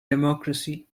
democracy